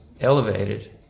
elevated